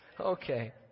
okay